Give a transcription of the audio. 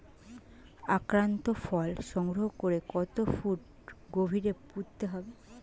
আক্রান্ত ফল সংগ্রহ করে কত ফুট গভীরে পুঁততে হবে?